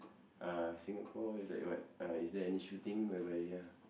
uh Singapore is like what uh is there any shooting whereby ya